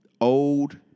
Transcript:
old